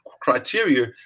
criteria